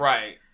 Right